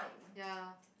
ya